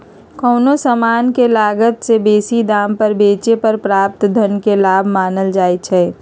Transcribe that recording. कोनो समान के लागत से बेशी दाम पर बेचे पर प्राप्त धन के लाभ मानल जाइ छइ